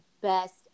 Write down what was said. best